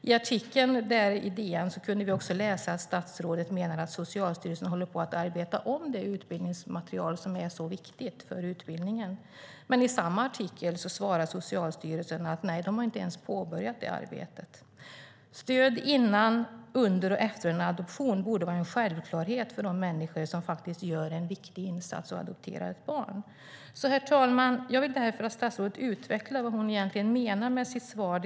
I artikeln i DN kunde vi också läsa att statsrådet menar att Socialstyrelsen håller på att arbeta om det utbildningsmaterial som är så viktigt för utbildningen. Men i samma artikel svarar Socialstyrelsen att de inte ens har påbörjat det arbetet. Stöd innan, under och efter en adoption borde vara en självklarhet för de människor som gör en viktig insats och adopterar ett barn. Herr talman! Jag vill därför att statsrådet utvecklar vad hon egentligen menar med sitt svar.